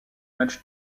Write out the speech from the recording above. matchs